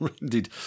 Indeed